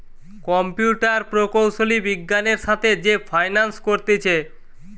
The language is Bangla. কম্পিউটার প্রকৌশলী বিজ্ঞানের সাথে যে ফাইন্যান্স করতিছে